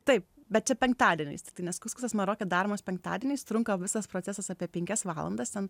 taip bet čia penktadieniais tiktai nes kuskusas maroke daromas penktadieniais trunka visas procesas apie penkias valandas ten